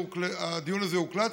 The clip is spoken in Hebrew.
הדיון הזה הוקלט,